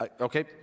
okay